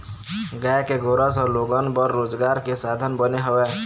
गाय के गोरस ह लोगन बर रोजगार के साधन बने हवय